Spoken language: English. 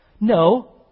No